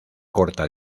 corta